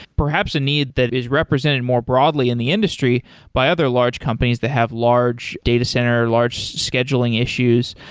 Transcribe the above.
perhaps a need that is represented more broadly in the industry by other large companies that have large data center, large scheduling issues.